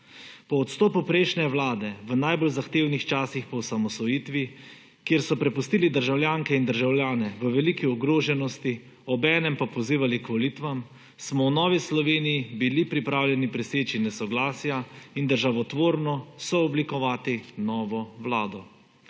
Po odstopu prejšnje vlade v najbolj zahtevnih časih po osamosvojitvi, kjer so prepustili državljanke in državljane v veliki ogroženosti, obenem pa pozivali k volitvam, smo v Novi Sloveniji bili pripravljeni preseči nesoglasja in državotvorno sooblikovati novo vlado.